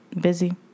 busy